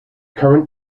current